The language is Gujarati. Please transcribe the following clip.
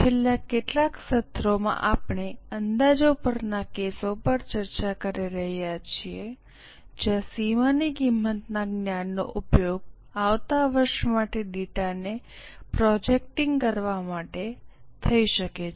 છેલ્લા કેટલાક સત્રોમાં આપણે અંદાજો પરના કેસો પર ચર્ચા કરી રહ્યા છીએ જ્યાં સીમાંત કિંમતના જ્ઞાનનો ઉપયોગ આવતા વર્ષ માટે ડેટાને પ્રોજેકટિંગ કરવા માટે થઈ શકે છે